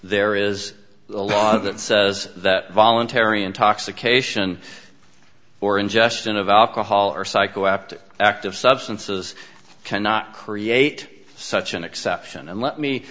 there is a law that says that voluntary intoxication or ingestion of alcohol or psychoactive active substances cannot create such an exception and let me